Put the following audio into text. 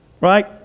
Right